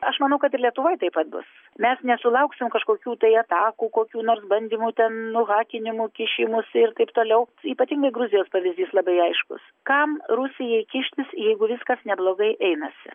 aš manau kad ir lietuvoj taip pat bus mes nesulauksim kažkokių tai atakų kokių nors bandymų ten nuhakimų kišimųsi ir taip toliau ypatingai gruzijos pavyzdys labai aiškus kam rusijai kištis jeigu viskas neblogai einasi